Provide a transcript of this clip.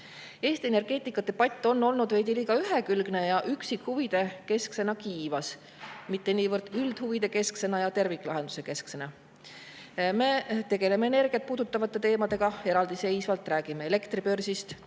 hea. Eesti energeetikadebatt on olnud liiga ühekülgne ja üksikhuvide kesksena kiivas, mitte niivõrd üldhuvide ja terviklahenduse keskne. Me tegeleme energiat puudutavate teemadega eraldiseisvalt, räägime elektribörsist,